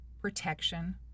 protection